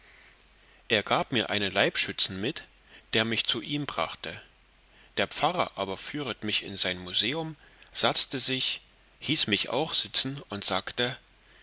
er gab mir einen leibschützen mit der mich zu ihm brachte der pfarrer aber führet mich in sein museum satzte sich hieß mich auch sitzen und sagte